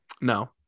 No